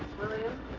William